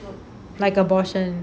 like abortion